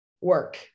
work